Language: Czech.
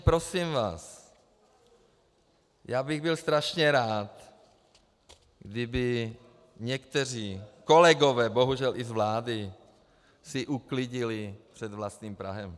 Prosím vás, já bych byl strašně rád, kdyby někteří kolegové, bohužel i z vlády, si uklidili před vlastním prahem.